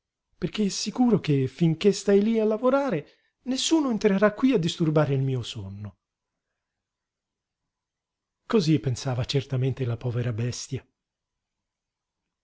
perché è sicuro che finché stai lí a lavorare nessuno entrerà qui a disturbare il mio sonno cosí pensava certamente la povera bestia